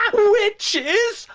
um witches!